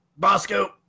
Bosco